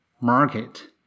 market